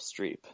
Streep